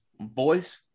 boys